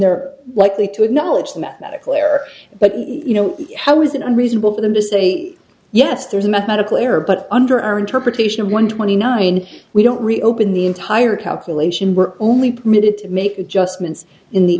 are likely to acknowledge the mathematical error but you know how is it unreasonable for them to say yes there's a mathematical error but under our interpretation one twenty nine we don't reopen the entire calculation we're only permitted to make adjustments in the